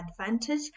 advantage